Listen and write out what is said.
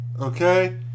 okay